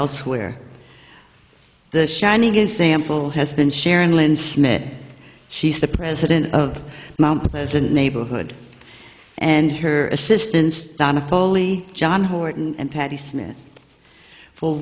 elsewhere the shining example has been sharon lynn smith she's the president of mount pleasant neighborhood and her assistance donna foley john horton and patti smith f